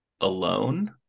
Alone